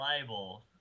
libel